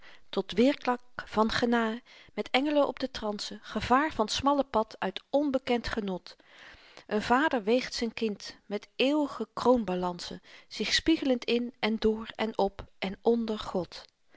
tot weêrklank van genaè met eng'len op de transen gevaar van t smalle pad uit onbekend genot een vader weegt zyn kind met eeuw'ge kroonbalansen zich spieg'lend in en door en op en onder god